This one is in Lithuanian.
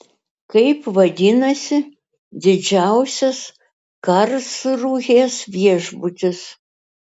kaip vadinasi didžiausias karlsrūhės viešbutis